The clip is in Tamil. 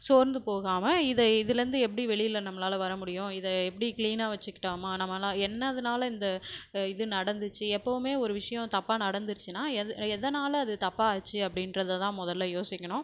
சோர்ந்துப் போகாமல் இது இதுலேருந்து எப்படி வெளியில் நம்மளால் வரமுடியும் இதை எப்படி கிளீனாக வைச்சிக்கிட்டோமா நம்மால் என்னதுனால் இந்த இது நடந்துச்சு எப்பவுமே ஒரு விஷயம் தப்பாக நடந்துடுச்சுன்னா எது எதனால் அது தப்பாக ஆச்சு அப்படின்றத தான் மொதலில் யோசிக்கணும்